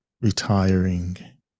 retiring